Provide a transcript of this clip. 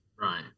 Right